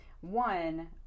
One